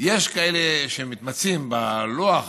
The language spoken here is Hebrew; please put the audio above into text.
יש כאלה שמתמצאים בלוח